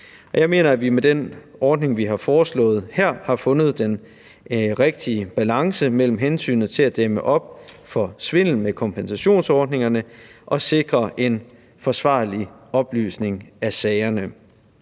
Jeg mener, at vi med den ordning, vi har foreslået her, har fundet den rigtige balance mellem hensynet til at dæmme op for svindel med kompensationsordningerne og til at sikre en forsvarlig oplysning af sagerne.